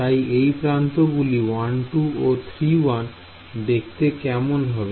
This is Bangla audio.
তাই এই প্রান্ত গুলি 1 2 ও 3 1 দেখতে কেমন হবে